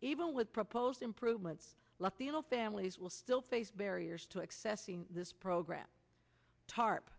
even with proposed improvements latino families will still face barriers to accessing this program tarp